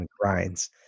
grinds